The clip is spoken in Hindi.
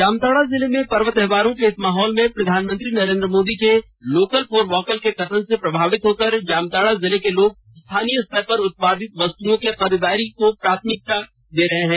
जामताड़ा जिले में पर्व त्योहारों के इस माहौल में प्रधानमंत्री नरेंद्र मोदी के लोकल फॉर वोकल के कथन से प्रभावित होकर जामताड़ा जिले के लोग स्थानीय स्तर पर उत्पादित वस्तुओं की खरीदारी प्राथमिकता के आधार पर कर रहे हैं